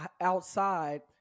outside